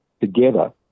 together